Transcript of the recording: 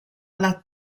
alla